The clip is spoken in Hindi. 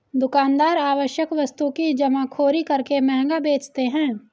दुकानदार आवश्यक वस्तु की जमाखोरी करके महंगा बेचते है